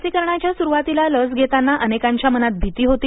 लसीकरणाच्या सुरवातीला लस घेतांना अनेकांच्या मनात भिती होती